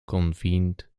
convened